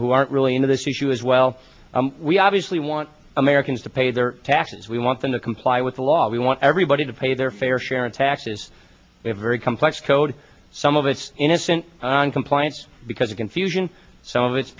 who aren't really into this issue as well we obviously want americans to pay their taxes we want them to comply with the law we want everybody to pay their fair share in taxes we have very complex code some of it innocent on compliance because of confusion so